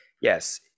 yes